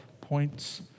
points